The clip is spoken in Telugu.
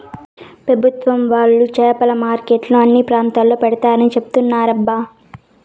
పెభుత్వం వాళ్ళు చేపల మార్కెట్లను అన్ని ప్రాంతాల్లో పెడతారని చెబుతున్నారబ్బా